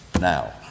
now